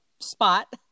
spot